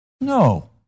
No